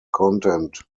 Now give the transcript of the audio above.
content